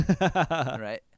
Right